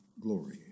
glory